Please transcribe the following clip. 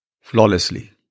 flawlessly